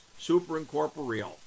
superincorporeal